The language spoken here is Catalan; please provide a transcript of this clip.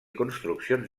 construccions